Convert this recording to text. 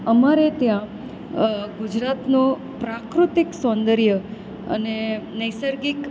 અમારે ત્યાં ગુજરાતનો પ્રાકૃતિક સૌંદર્ય અને નૈસર્ગિક